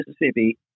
Mississippi